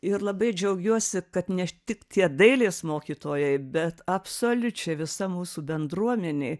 ir labai džiaugiuosi kad ne tik tie dailės mokytojai bet absoliučiai visa mūsų bendruomenė